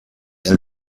and